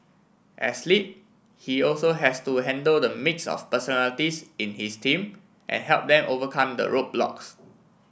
as lead he also has to handle the mix of personalities in his team and help them overcome the roadblocks